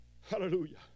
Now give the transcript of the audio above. Hallelujah